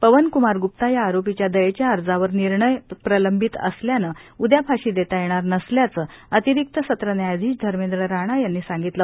पवन कुमार गृप्ता या आरोपीच्या दयेच्या अर्जावर निर्णय प्रलंबित असल्याने उदया फाशी देता येणार नसल्याचे अतिरिक्त सत्र न्यायाधीश धर्मेद्र राणा यांनी सांगितले